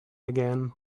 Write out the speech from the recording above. again